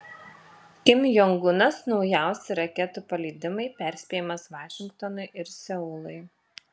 kim jong unas naujausi raketų paleidimai perspėjimas vašingtonui ir seului